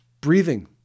Breathing